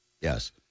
yes